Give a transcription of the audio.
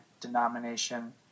denomination